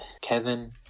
Kevin